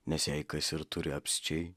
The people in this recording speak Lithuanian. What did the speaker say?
nes jei kas ir turi apsčiai